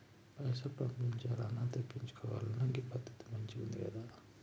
పైసలు పంపించాల్నన్నా, తెప్పిచ్చుకోవాలన్నా గీ పద్దతి మంచిగుందికదా